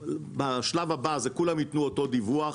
בשלב הבא כולם יתנו אותו דיווח.